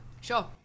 Sure